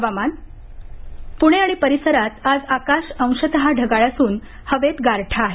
हुवामान प्णे आणि परिसरात आज आकाश अंशत ढगाळ असून हवेत गारठा आहे